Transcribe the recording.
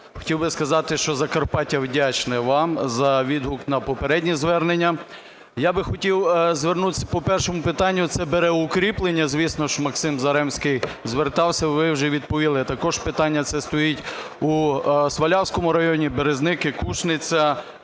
хотів би сказати, що Закарпаття вдячне вам за відгук на попереднє звернення. Я би хотів звернутися по першому питанню. Це берегоукріплення, звісно ж. Максим Заремський звертався, ви вже відповіли. Також питання це стоїть у Свалявському районі, Березники, Кушниця,